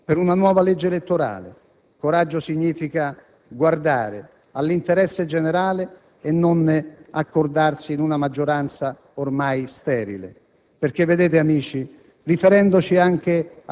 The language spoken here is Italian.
insieme intese per una nuova legge elettorale; coraggio significa guardare all'interesse generale e non accordarsi in una maggioranza ormai sterile.